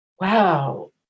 wow